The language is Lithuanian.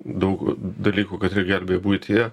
daug dalykų katrie gelbėja buityje